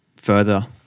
further